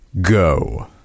Go